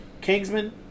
Kingsman